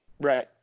Right